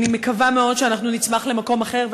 אני מקווה מאוד שאנחנו נצמח למקום אחר.